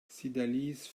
cydalise